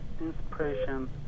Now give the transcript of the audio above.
inspiration